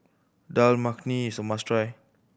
Dal Makhani is a must try